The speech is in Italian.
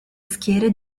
schiere